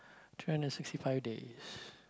three hundred sixty days